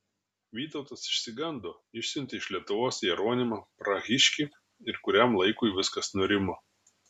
vytautas išsigando išsiuntė iš lietuvos jeronimą prahiškį ir kuriam laikui viskas nurimo